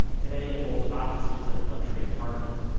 today, it holds offices and luxury apartments.